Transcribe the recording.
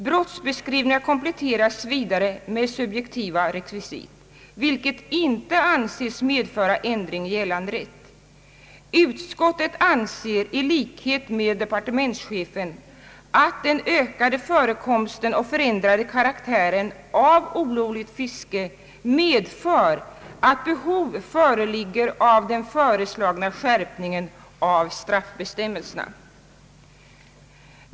Brottsbeskrivningarna kompletteras vidare med subjektiva rekvisit, vilket inte anses medföra ändring i gällande rätt. Utskottet finner i likhet med departementschefen att den ökade förekomsten och förändrade karaktären av olovligt fiske medför behov av den föreslagna skärpningen av straffbestämmelserna.